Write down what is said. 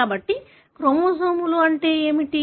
కాబట్టి క్రోమోజోములు అంటే ఏమిటి